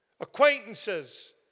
Acquaintances